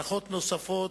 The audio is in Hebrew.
הנחות נוספות: